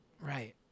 right